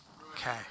Okay